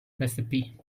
recipe